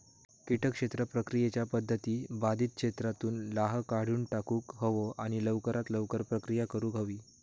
किटक क्षेत्र प्रक्रियेच्या पध्दती बाधित क्षेत्रातुन लाह काढुन टाकुक हवो आणि लवकरात लवकर प्रक्रिया करुक हवी